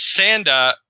Sanda